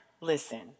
Listen